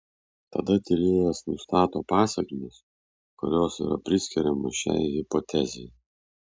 tada tyrėjas nustato pasekmes kurios yra priskiriamos šiai hipotezei